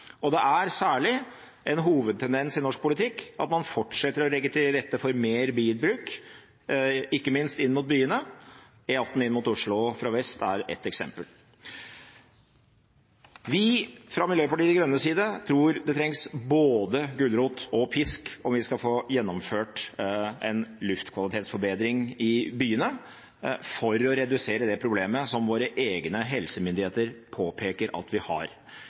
Det er særlig en hovedtendens i norsk politikk at man fortsetter å legge til rette for mer bilbruk, ikke minst inn mot byene. E18 inn mot Oslo fra vest er et eksempel. Vi, fra Miljøpartiet De Grønnes side, tror det trengs både gulrot og pisk om vi skal få gjennomført en luftkvalitetsforbedring i byene for å redusere det problemet som våre egne helsemyndigheter påpeker at vi har.